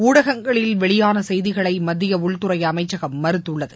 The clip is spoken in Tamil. உளடகங்களில் வெளியான செய்திகளை மத்திய உள்துறை அமைச்சகம் மறுத்துள்ளது